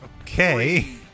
Okay